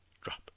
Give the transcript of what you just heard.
drop